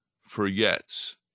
forgets